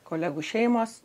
kolegų šeimos